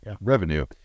revenue